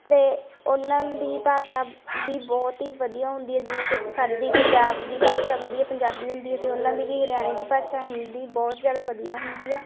ਅਤੇ ਉਹਨਾਂ ਦੀ ਭਾਸ਼ਾ ਵੀ ਬਹੁਤ ਹੀ ਵਧੀਆ ਹੁੰਦੀ ਹੈ ਜਿਵੇਂ ਕਿ ਸਾਡੀ ਪੰਜਾਬ ਦੀ ਭਾਸ਼ਾ ਵਧੀਆ ਪੰਜਾਬੀ ਹੁੰਦੀ ਹੈ ਅਤੇ ਉਹਨਾਂ ਦੀ ਵੀ ਹਰਿਆਣੇ ਦੀ ਭਾਸ਼ਾ ਹਿੰਦੀ ਬਹੁਤ ਜ਼ਿਆਦਾ ਵਧੀਆ ਹੁੰਦੀ ਆ